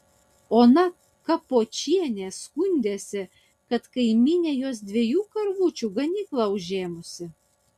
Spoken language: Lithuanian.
ona kapočienė skundėsi kad kaimynė jos dviejų karvučių ganyklą užėmusi